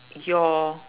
your